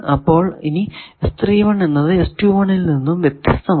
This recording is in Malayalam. അപ്പോൾ ഈ എന്നത് ൽ നിന്നും വ്യത്യസ്തമാണ്